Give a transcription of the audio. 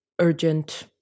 urgent